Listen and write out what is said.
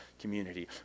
community